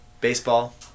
Baseball